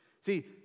See